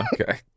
Okay